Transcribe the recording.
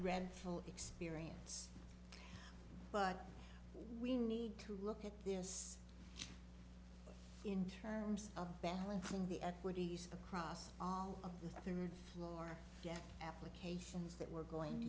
full experience but we need to look at this in terms of balancing the equities across all of the things floor yet applications that we're going to